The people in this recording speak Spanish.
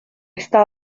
esta